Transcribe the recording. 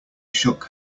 shook